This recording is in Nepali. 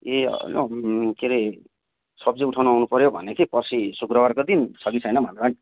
ए होइन हौ उयो के अरे सब्जी उठाउन आउनुपर्यो भनेर के पर्सी शुक्रवारको दिन छ कि छैन भनेर नि